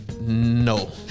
No